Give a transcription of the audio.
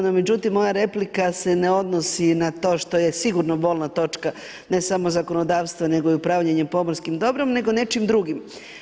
No međutim moja replika se ne odnosi na to što je sigurno bolna točka ne samo zakonodavstva nego i upravljanje pomorskim dobrom nego nečim drugim.